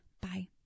Bye